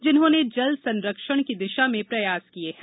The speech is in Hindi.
जिन्होंने जल संरक्षण की दिशा में प्रयास किया है